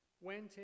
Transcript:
went